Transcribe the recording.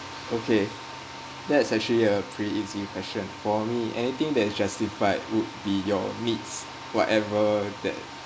okay that's actually a pretty easy question for me anything that is justified would be your needs whatever that